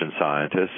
scientists